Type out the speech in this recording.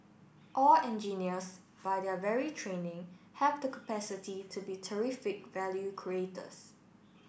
all engineers by their very training have the capacity to be terrific value creators